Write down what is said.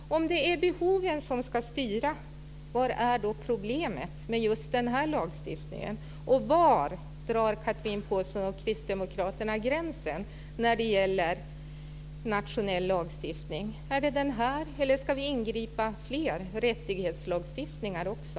Om det är behoven som ska styra undrar jag vad det är som är problem med just den här lagstiftningen, och var drar Chatrine Pålsson och kristdemokraterna gränsen när det gäller nationell lagstiftning? Är det när det gäller den här, eller ska vi ingripa i fler rättighetslagstiftningar också?